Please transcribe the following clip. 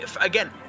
again